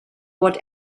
what